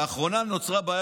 לאחרונה נוצרה בעיה